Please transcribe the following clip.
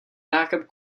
backup